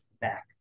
back